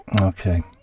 Okay